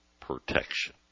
protection